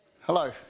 Hello